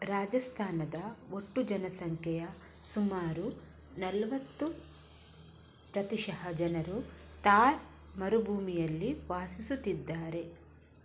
ರಾಜಸ್ಥಾನದ ಒಟ್ಟು ಜನಸಂಖ್ಯೆಯ ಸುಮಾರು ನಲವತ್ತು ಪ್ರತಿಶತ ಜನರು ಥಾರ್ ಮರುಭೂಮಿಯಲ್ಲಿ ವಾಸಿಸುತ್ತಿದ್ದಾರೆ